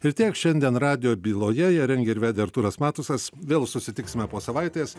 ir tiek šiandien radijo byloje ją rengė ir vedė artūras matusas vėl susitiksime po savaitės